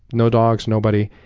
no dogs, nobody.